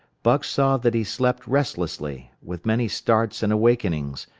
buck saw that he slept restlessly, with many starts and awakenings,